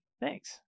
Thanks